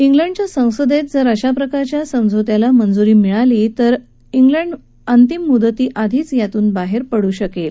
युकेच्या संसदेत जर अशा प्रकारच्या समझौत्यालामंजुरी मिळाली तर युके अंतिम मुदतीआधीच यातून बाहेर पडू शकेल